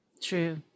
True